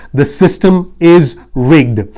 the system is rigged.